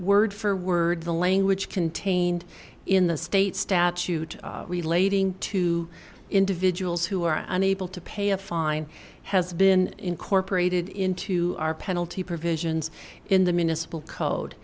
word for word the language contained in the state statute relating to individuals who are unable to pay a fine has been incorporated into our penalty provisions in the